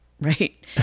right